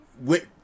went